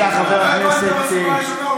אתה הבנת מהסיבה הראשונה.